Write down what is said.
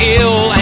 ill